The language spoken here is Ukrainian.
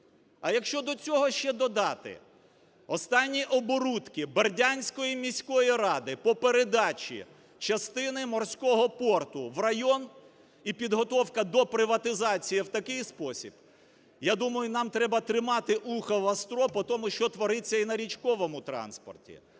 А якщо до цього ще додати останні оборудки Бердянської міської ради по передачі частини морського порту в район і підготовка до приватизації в такий спосіб, я думаю, нам треба тримати вухо востро по тому, що твориться і на річковому транспорті.